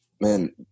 man